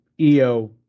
EO